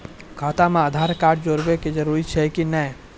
खाता म आधार कार्ड जोड़वा के जरूरी छै कि नैय?